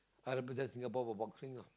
I represent Singapore for boxing lah